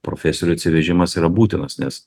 profesorių atsivežimas yra būtinas nes